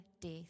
death